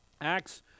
Acts